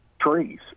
trees